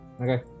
Okay